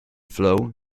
flow